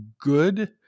good